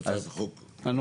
בהצעת החוק עכשיו?